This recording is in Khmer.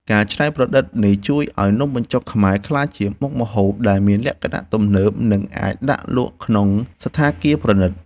ការច្នៃប្រឌិតនេះជួយឱ្យនំបញ្ចុកខ្មែរក្លាយជាមុខម្ហូបដែលមានលក្ខណៈទំនើបនិងអាចដាក់លក់ក្នុងសណ្ឋាគារប្រណីត។